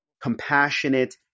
compassionate